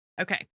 Okay